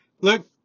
look